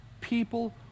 people